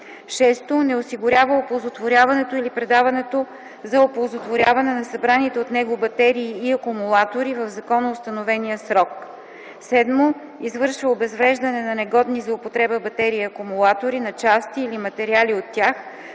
6. не осигурява оползотворяването или предаването за оползотворяване на събраните от него батерии и акумулатори в законоустановения срок; 7. извършва обезвреждане на негодни за употреба батерии и акумулатори на части или материали от тях,